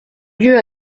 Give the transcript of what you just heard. lieu